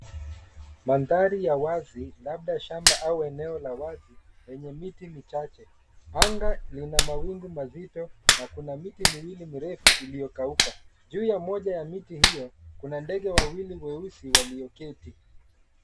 Mandhari ya wazi, labda shamba au eneo la wazi lenye miti michache. Anga lina mawingu mazito na kuna miti miwili mirefu iliyokauka. Juu ya moja ya miti hiyo, kuna ndege wawili mweusi walioketi.